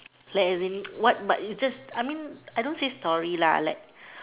like as in what but is just I mean I don't say story lah like